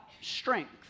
strength